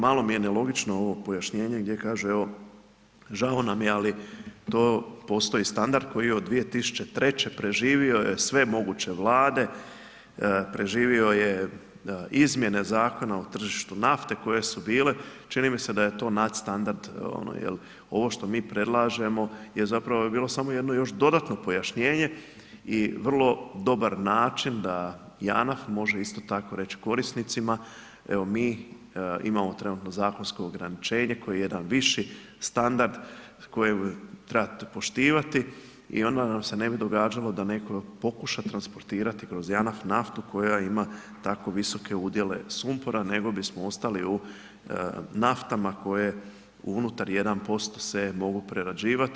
Malo mi je nelogično ovo pojašnjenje gdje kaže, evo žao nam je ali to postoji standard koji je od 2003., preživio je sve moguće Vlade, preživio je izmjene Zakona o tržištu nafte koje su bile, čini mi se da je to nadstandard, jel ovo što mi predlažemo je zapravo bi bilo samo jedno dodatno pojašnjenje i vrlo dobar način da JANAF može isto tako reć korisnicima, evo mi imamo trenutno zakonsko ograničenje koje je jedan viši standard kojeg trebate poštivati i onda nam se ne bi događalo da netko pokuša transportirati kroz JANAF naftu koja ima tako visoke udjele sumpora, nego bismo ostali u naftama koje u unutar 1% se mogu prerađivati.